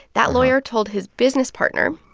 that lawyer told his business partner.